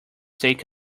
take